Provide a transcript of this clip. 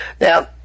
Now